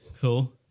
cool